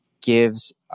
gives